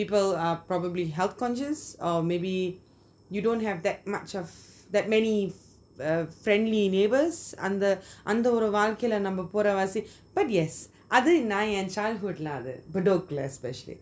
people are probably health conscious or maybe you don't have that much of that many a friendly neighbours under அந்த ஒரு வாழ்க்கைல நம்ம போறதுல வாசி:antha oru vazhakaila namma porathula vasi but yes அது நன் ஏன்:athu nan yean childhood bedok lah especially